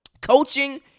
Coaching